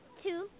two